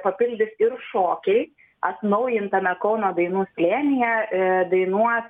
papildys ir šokiai atnaujintame kauno dainų slėnyje dainuos